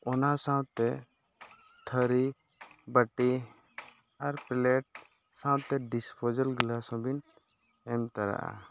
ᱚᱱᱟ ᱥᱟᱶᱛᱮ ᱛᱷᱟᱹᱨᱤ ᱵᱟᱹᱴᱤ ᱟᱨ ᱯᱞᱮᱴ ᱥᱟᱶᱛᱮ ᱰᱤᱥᱯᱳᱡᱟᱞ ᱜᱞᱟᱥ ᱦᱚᱸᱵᱤᱱ ᱮᱢᱛᱚᱨᱟᱜᱼᱟ